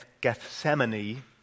Gethsemane